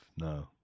no